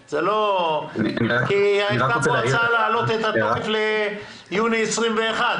כי הייתה פה הצעה להעלות את התוקף ליוני 21',